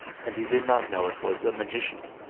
and he did not know it was a magician,